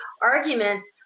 arguments